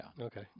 Okay